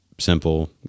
simple